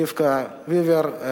רבקה וידר,